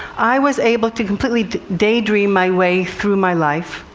i was able to completely daydream my way through my life.